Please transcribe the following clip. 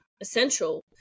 essential